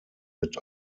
mit